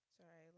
Sorry